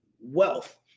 wealth